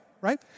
Right